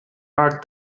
art